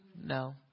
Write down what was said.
No